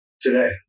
today